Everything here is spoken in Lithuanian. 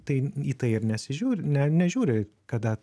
tai į tai ir nesižiūri ne nežiūri kada